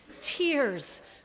tears